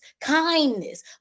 kindness